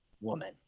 woman